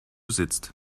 sitzt